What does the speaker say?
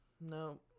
No